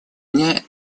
дня